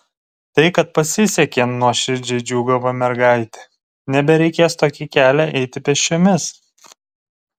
tai kad pasisekė nuoširdžiai džiūgavo mergaitė nebereikės tokį kelią eiti pėsčiomis